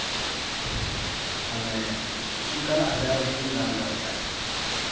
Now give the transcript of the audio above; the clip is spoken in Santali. ᱢᱟᱱᱮ ᱚᱱᱠᱟᱱᱟᱜ ᱟᱡᱟᱨ ᱦᱚᱵᱚᱱ ᱧᱟᱢ ᱫᱟᱲᱮᱭᱟᱜᱼᱟ